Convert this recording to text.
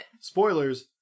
Spoilers